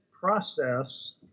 process